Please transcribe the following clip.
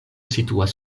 situas